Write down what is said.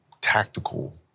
tactical